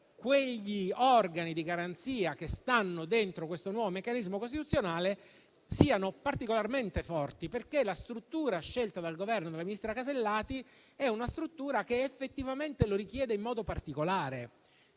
quegli organi di garanzia che stanno dentro il nuovo meccanismo costituzionale siano particolarmente forti, perché la struttura scelta dal Governo e dalla ministra Casellati effettivamente lo richiede in modo particolare.